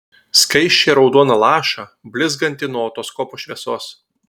skaisčiai raudoną lašą blizgantį nuo otoskopo šviesos